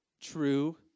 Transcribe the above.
true